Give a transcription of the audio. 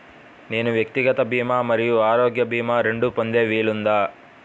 నేను వ్యక్తిగత భీమా మరియు ఆరోగ్య భీమా రెండు పొందే వీలుందా?